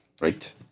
Right